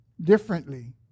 differently